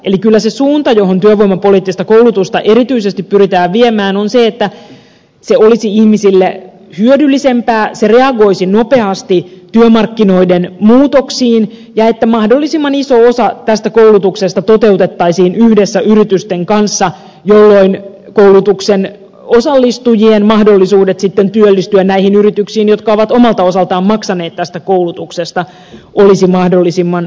eli kyllä se suunta johon työvoimapoliittista koulutusta erityisesti pyritään viemään on se että se olisi ihmisille hyödyllisempää se reagoisi nopeasti työmarkkinoiden muutoksiin ja että mahdollisimman iso osa tästä koulutuksesta toteutettaisiin yhdessä yritysten kanssa jolloin koulutuksen osallistujien mahdollisuudet sitten työllistyä näihin yrityksiin jotka ovat omalta osaltaan maksaneet tästä koulutuksesta olisivat mahdollisimman hyvät